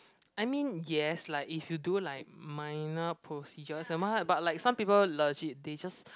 I mean yes lah if you do like minor procedures am I right but like some people legit they just